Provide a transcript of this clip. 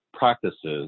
Practices